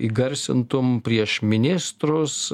įgarsintum prieš ministrus